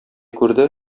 күрде